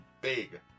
big